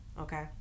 okay